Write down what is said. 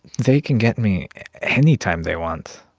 they can get me anytime they want.